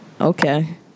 okay